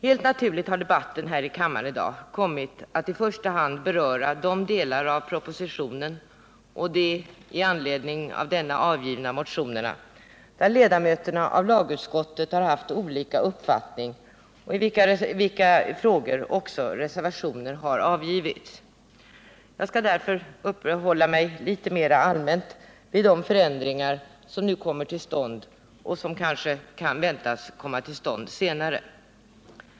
Helt naturligt har debatten här i kammaren i dag kommit att i första hand beröra de delar av propositionen och de i anledning av denna avgivna motionerna där ledamöterna av lagutskottet har haft olika uppfattning och i vilka frågor reservation har avgivits. Jag skall därför uppehålla mig litet mera allmänt vid de förändringar som nu kommer till stånd och som kanske kan väntas komma till stånd senare.